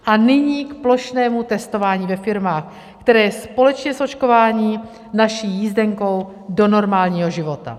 A nyní k plošnému testování ve firmách, které je společně s očkováním naší jízdenkou do normálního života.